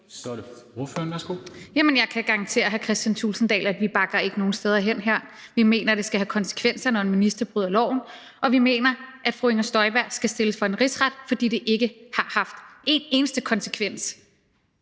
over for hr. Kristian Thulesen Dahl, at vi ikke bakker nogen steder hen her. Vi mener, det skal have konsekvenser, når en minister bryder loven, og vi mener, at fru Inger Støjberg skal stilles for en rigsret, fordi det ikke har haft en eneste konsekvens,